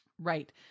right